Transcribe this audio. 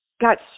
got